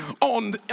on